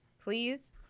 please